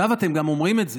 עכשיו אתם גם אומרים את זה,